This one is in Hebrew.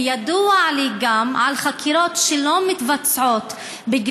וידוע לי גם על חקירות שלא מתבצעות כי